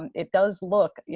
it does look, you